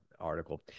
article